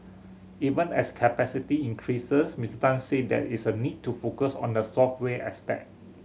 even as capacity increases Mister Tan said there is a need to focus on the software aspect